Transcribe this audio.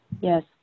yes